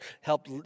help